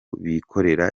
bikorera